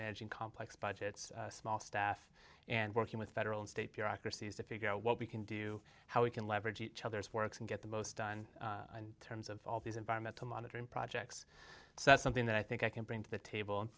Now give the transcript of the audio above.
managing complex budgets small staff and working with federal and state bureaucracies to figure out what we can do how we can leverage each other's works and get the most done and terms of all these environmental monitoring projects so that's something that i think i can bring to the table